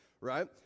right